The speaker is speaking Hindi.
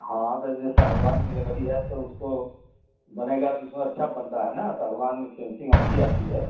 हाँ तो जो सागवान की लकड़ी है तो उसको बनेगा तो उसमें अच्छा बनता है ना सागवान में फिनिसिंग अच्छी आती है